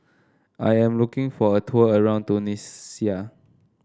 I am looking for a tour around Tunisia